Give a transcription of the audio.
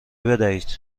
بدهید